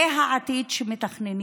זה העתיד שמתכננים,